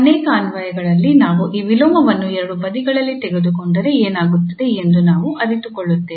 ಅನೇಕ ಅನ್ವಯಗಳಲ್ಲಿ ನಾವು ಈ ವಿಲೋಮವನ್ನು ಎರಡೂ ಬದಿಗಳಲ್ಲಿ ತೆಗೆದುಕೊಂಡರೆ ಏನಾಗುತ್ತದೆ ಎಂದು ನಾವು ಅರಿತುಕೊಳ್ಳುತ್ತೇವೆ